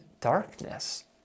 darkness